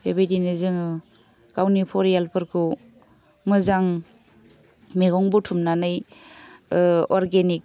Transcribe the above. बेबायदिनो जोङो गावनि फरियालफोरखौ मोजां मैगं बुथुमनानै अरगेनिक